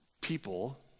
people